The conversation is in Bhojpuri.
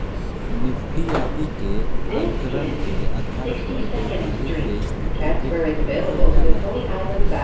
निफ्टी आदि के आंकड़न के आधार पर व्यापारि के स्थिति के आकलन कईल जाला